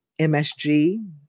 MSG